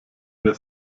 wer